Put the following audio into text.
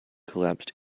collapsed